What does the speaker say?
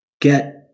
Get